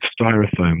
styrofoam